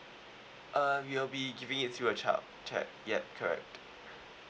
uh you will be giving it through a child cheque ya correct